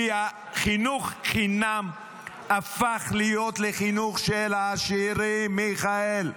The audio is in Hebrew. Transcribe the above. כי חינוך חינם הפך להיות לחינוך של עשירים, מיכאל.